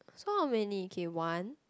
so how many okay one